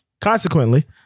consequently